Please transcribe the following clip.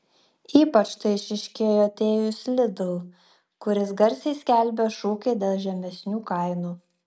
ypač tai išryškėjo atėjus lidl kuris garsiai skelbė šūkį dėl žemesnių kainų